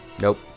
Nope